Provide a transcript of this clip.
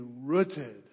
rooted